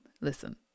listen